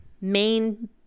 main